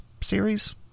series